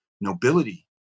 nobility